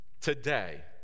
Today